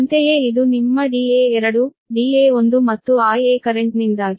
ಅಂತೆಯೇ ಇದು ನಿಮ್ಮ Da2 Da1 ಮತ್ತು Ia ಕರೆಂಟ್ನಿಂದಾಗಿ